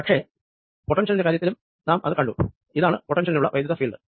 പക്ഷെ പ്റ്റൻഷ്യലിന്റെ കാര്യത്തിലും നാം അത് കണ്ടു ഇതാണ് പൊട്ടൻഷ്യലിനുള്ള വൈദ്യുത ഫീൽഡ്